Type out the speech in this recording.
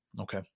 Okay